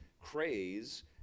craze